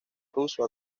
ruso